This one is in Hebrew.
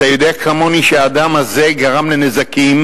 אתה יודע כמוני שהאדם הזה גרם לנזקים